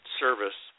service